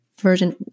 version